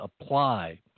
apply